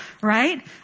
right